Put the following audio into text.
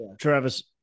Travis